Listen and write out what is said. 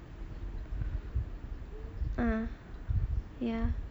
ah ya